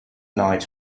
night